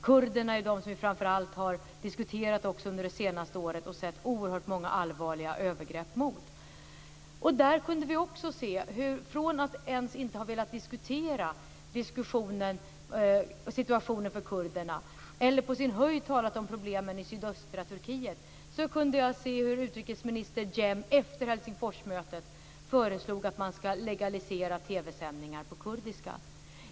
Kurderna är de som framför allt har diskuterats under det senaste året, och vi har sett oerhört många allvarliga övergrepp mot dem. Från att man inte ens har velat diskutera situationen för kurderna eller på sin höjd har talat om problemen i sydöstra Turkiet kunde jag se hur utrikesminister Cem efter Helsingforsmötet föreslog att man ska legalisera TV-sändningar på kurdiska.